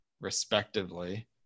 Respectively